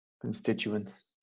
constituents